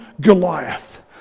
Goliath